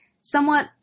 somewhat